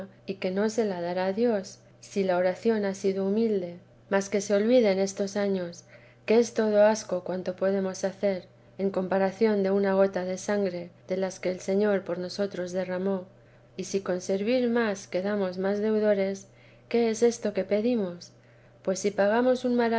y que no se lo dará dios si la oración ha sido humilde mas que se oividen estos años que es todo asco cuanto podemos hacer en comparación de una gota de sangre de las que el señor por nosotros derramó y si con servir más quedamos más deudores qué es esto que pedirnos pues si pagamos un